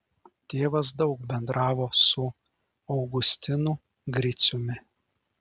tėvas daug bendravo su augustinu griciumi